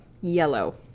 Yellow